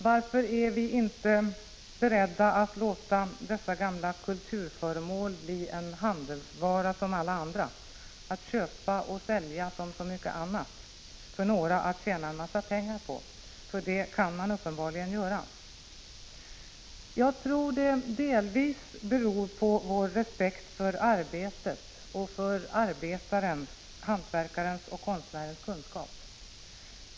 Varför är vi inte beredda att låta dessa gamla kulturföremål bli en handelsvara som alla andra, något att köpa och sälja som så mycket annat — och något för en del att tjäna en massa pengar på? För det kan man uppenbarligen göra. Jag tror det delvis beror på vår respekt för arbetet och för arbetarens — hantverkarens och konstnärens — kunskap.